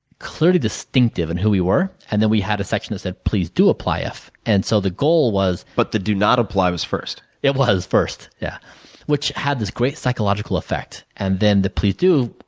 clearly distinctive in who we were and then we had a section that said please do apply if. and so, the goal was but, the do not apply was first? it was first, yeah which had this great psychological effect and then the please do